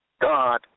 God